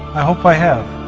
i hope i have.